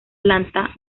planta